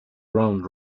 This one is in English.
round